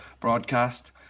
broadcast